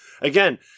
Again